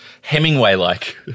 Hemingway-like